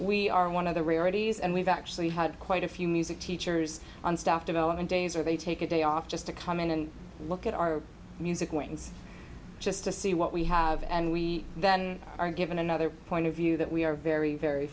we are one of the rarities and we've actually had quite a few music teachers on staff development days or they take a day off just to come in and look at our music point just to see what we have and we then are given another point of view that we are very very